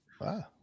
Wow